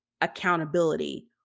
accountability